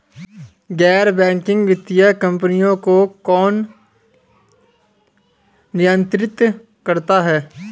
गैर बैंकिंग वित्तीय कंपनियों को कौन नियंत्रित करता है?